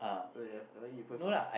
so you have never eat first lah